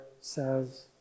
says